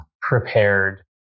prepared